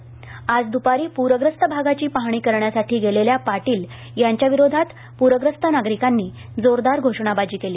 ा ज द्पारी प्रग्रस्त भागाची पाहणी करण्यासाठी गेलेल्या पाटील यांच्याविरोधात प्रग्रस्त नागरिकांनी जोरदार घोषणाबाजी केली